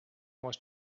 was